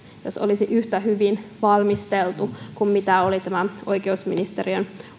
olisi yhtä hyvin valmisteltu kuin mitä oli tämä oikeusministeriön